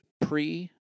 pre